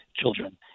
children